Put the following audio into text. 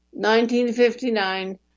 1959